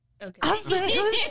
Okay